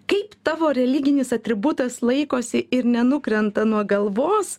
kaip tavo religinis atributas laikosi ir nenukrenta nuo galvos